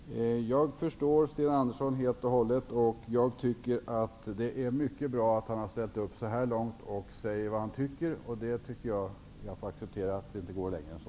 Herr talman! Jag förstår Sten Andersson i Malmö helt och hållet. Jag tycker att det är mycket bra att han har ställt upp så här långt och säger vad han tycker. Jag får acceptera att det inte går längre än så.